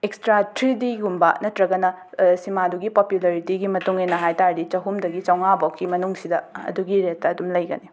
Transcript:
extra three ꯗꯤꯒꯨꯝꯕ ꯅꯠꯇ꯭ꯔꯒꯅ ꯁꯤꯃꯥꯗꯨꯒꯤ ꯄꯣꯄꯨꯂꯔꯤꯇꯤꯒꯤ ꯃꯇꯨꯡ ꯏꯟꯅ ꯍꯥꯏꯇꯥꯔꯗꯤ ꯆꯍꯨꯝꯗꯒꯤ ꯆꯥꯝꯉꯥꯐꯥꯎꯒꯤ ꯃꯅꯨꯡꯁꯤꯗ ꯑꯗꯨꯒꯤ ꯔꯦꯠꯇ ꯑꯗꯨꯝ ꯂꯩꯒꯅꯤ